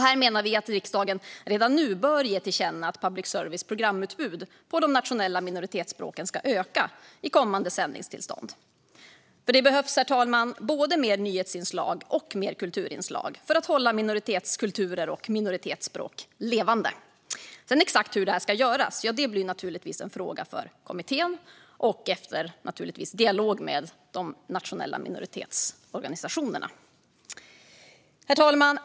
Vi menar att riksdagen redan nu bör ge till känna att public services programutbud på de nationella minoritetsspråken ska öka i kommande sändningstillstånd. Det behövs både mer nyhetsinslag och mer kulturinslag för att hålla minoritetskulturer och minoritetsspråk levande. Exakt hur detta ska göras blir en fråga för kommittén, naturligtvis efter dialog med de nationella minoritetsorganisationerna. Herr talman!